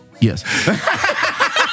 Yes